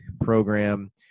program